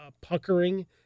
puckering